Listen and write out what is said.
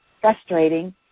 frustrating